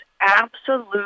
absolute